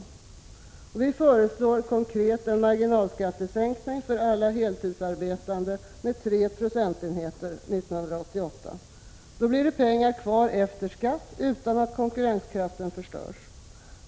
Konkret föreslår vi en marginalskattesänkning för alla heltidsarbetande med 3 procentenheter 1988. Då blir det pengar kvar efter skatt utan att konkurrenskraften ytterligare försämras.